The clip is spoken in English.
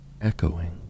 echoing